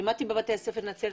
לימדתי בבתי הספר בנצרת,